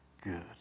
Good